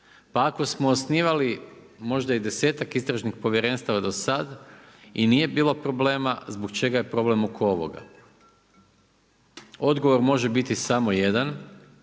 Pa ako smo osnivali možda i desetak istražnih povjerenstava do sada i nije bilo problema zbog čega je problem oko ovoga? Odgovor može biti samo jedan